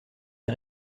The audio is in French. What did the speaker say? des